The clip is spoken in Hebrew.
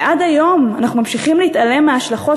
ועד היום אנחנו ממשיכים להתעלם מההשלכות